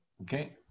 Okay